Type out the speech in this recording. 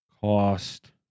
cost